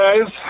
guys